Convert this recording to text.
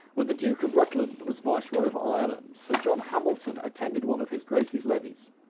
when the duke of rutland was viceroy of ireland, sir john hamilton attended one of his grace's levees.